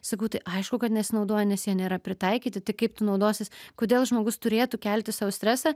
sakau tai aišku kad nesinaudoja nes jie nėra pritaikyti tai kaip tu naudosies kodėl žmogus turėtų kelti sau stresą